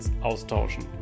austauschen